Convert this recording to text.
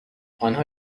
آنها